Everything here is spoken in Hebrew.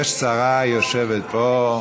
יש שרה, היא יושבת פה,